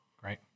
Great